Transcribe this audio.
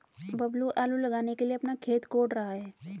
बबलू आलू लगाने के लिए अपना खेत कोड़ रहा है